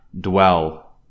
dwell